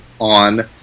on